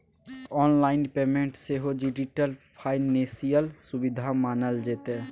online payment सेहो digital financial सुविधा मानल जेतै